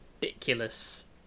ridiculous